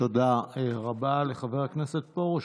תודה רבה לחבר הכנסת פרוש.